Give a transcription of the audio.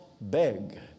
beg